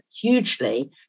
hugely